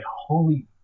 holy